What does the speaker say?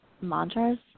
mantras